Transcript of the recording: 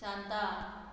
Shanta